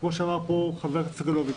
כמו שאמר ח"כ סגלוביץ'.